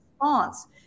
response